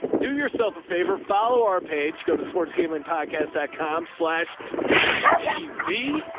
do yourself a favor. follow our page, go to sports. gambling, podcast dot com slash b t v.